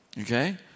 Okay